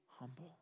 humble